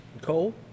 Cole